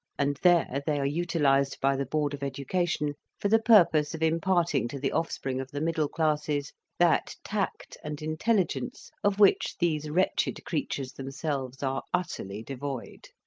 and there they are utilized by the board of education for the purpose of imparting to the offspring of the middle classes that tact and intelligence of which these wretched creatures themselves are utterly devoid.